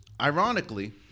Ironically